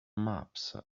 maps